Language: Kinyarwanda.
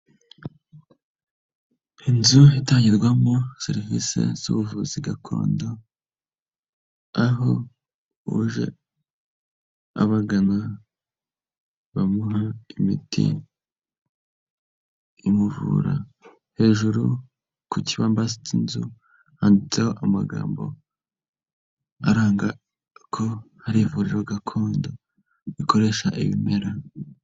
Inzu itangirwamo serivise z'ubuvuzi gakondo aho uje abagana bamuha imiti imuvura, hejuru ku cyumba k'inzu handitseho amagambo aranga ko hari ivuriro gakondo rikoresha ibimera.